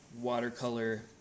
watercolor